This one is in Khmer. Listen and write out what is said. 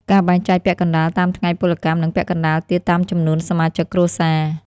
ការបែងចែកពាក់កណ្ដាលតាមថ្ងៃពលកម្ម និងពាក់កណ្ដាលទៀតតាមចំនួនសមាជិកគ្រួសារ។